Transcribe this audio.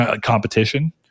competition